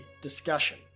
Discussion